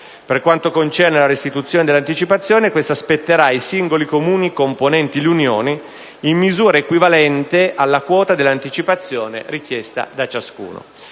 Per quanto concerne la restituzione dell'anticipazione, questa spetterà ai singoli Comuni componenti l'unione, in misura equivalente alla quota dell'anticipazione richiesta da ciascuno.